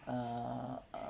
err